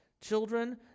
Children